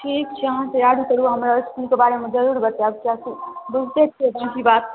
ठीक छै अहाँ तैआरी करू हमरा इसकूलके बारेमे जरूर बतायब किएकि बहुतेक छै बाँकि बात